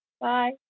Bye